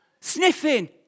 sniffing